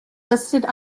listed